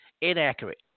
inaccurate